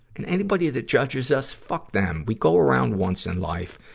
and anybody that judges us, fuck them. we go around once in life.